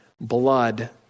blood